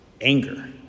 anger